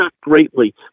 greatly